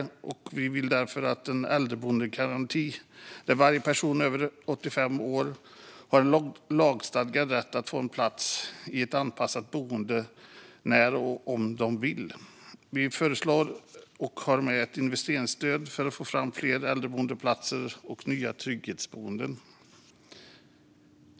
Kristdemokraterna vill därför införa en äldreboendegaranti där varje person över 85 år har lagstadgad rätt att få en plats på ett anpassat boende när och om de vill. Vi föreslår också ett investeringsstöd för att få fram fler äldreboendeplatser och nya trygghetsboenden.